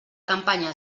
campanya